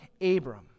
Abram